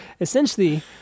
Essentially